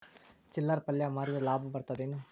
ಚಿಲ್ಲರ್ ಪಲ್ಯ ಮಾರಿದ್ರ ಲಾಭ ಬರತದ ಏನು?